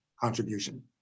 contribution